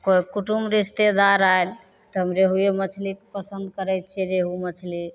कोइ कुटुम रिश्तेदार आएल तब रेहुए मछली पसन्द करै छिए रेहू मछली